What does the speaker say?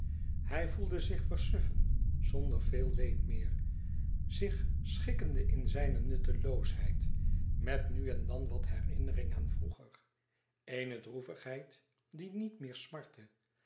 hij voelde zich versuffen zonder veel leed meer zich schikkende in zijne nutteloosheid met nu en dan wat herinnering aan vroeger eene droevigheid die niet meer smartte